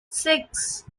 six